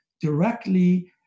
directly